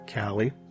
Callie